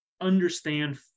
understand